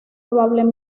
bajo